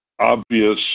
obvious